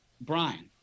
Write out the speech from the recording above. brian